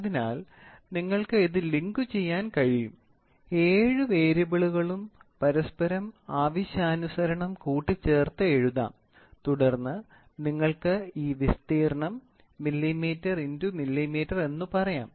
അതിനാൽ നിങ്ങൾക്ക് ഇത് ലിങ്കുചെയ്യാൻ കഴിയും ഏഴ് വേരിയബിളുകളും പരസ്പരം ആവശ്യാനുസരണം കൂട്ടി ചേർത്ത് എഴുതാം തുടർന്ന് നിങ്ങൾക്ക് ഈ വിസ്തീർണം മില്ലിമീറ്റർ × മില്ലിമീറ്ററിൽ എന്ന് പറയാം